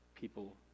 People